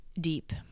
deep